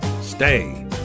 stay